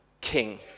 king